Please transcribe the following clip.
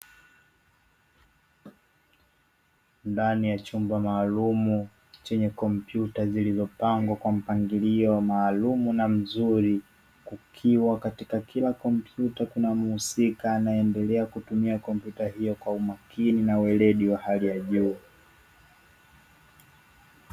Ndani ya chumba maalumu chenye kompyuta zilizopangwa kwa mpangilio maalum na mzuri, kukiwa katika kila kompyuta kuna mhusika anayeendelea kutumia kompyuta hiyo kwa umakini na weledi wa hali ya juu.